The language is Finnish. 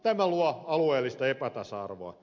tämä luo alueellista epätasa arvoa